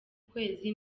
kwezi